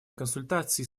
консультации